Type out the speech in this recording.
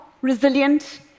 resilient